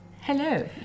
hello